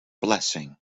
blessing